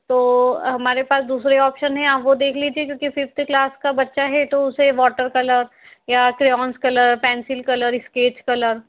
तो हमारे पास दूसरे ऑप्शन हैं आप वो देख लीजिए क्योंकि फ़िफ्थ क्लास का बच्चा है तो उसे वॉटर कलर या crayons colour pencil colour sketch colour